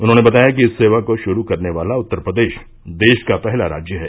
उन्होंने बताया कि इस सेवा को शुरू करने वाला उत्तर प्रदेश देश का पहला राज्य है